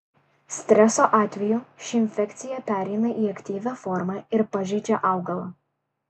streso atveju ši infekcija pereina į aktyvią formą ir pažeidžia augalą